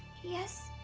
yes.